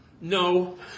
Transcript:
No